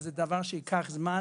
וזה דבר שייקח זמן,